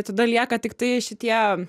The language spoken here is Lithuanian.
tada lieka tiktai šitie